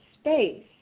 space